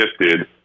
shifted